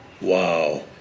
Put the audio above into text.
Wow